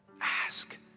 Ask